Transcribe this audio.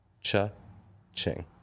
Cha-ching